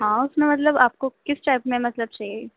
ہاں اس میں مطلب آپ کو کس ٹائپ میں مطلب چاہیے